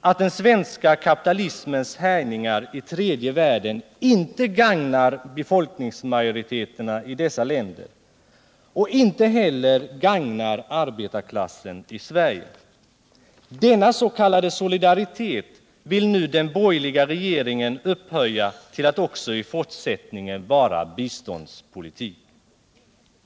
att den svenska kapitalismens härjningar i tredje världen inte gagnar befolkningsmajoriteterna i dessa länder och inte heller gagnar arbetarklassen i Sverige. Denna s.k. solidaritet vill den borgerliga regeringen upphöja till att också i fortsättningen vara biståndspolitik.